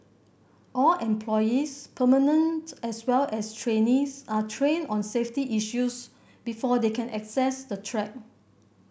all employees permanent as well as trainees are trained on safety issues before they can access the track